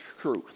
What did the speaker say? truth